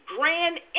grand